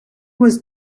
was